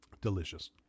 delicious